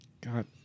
God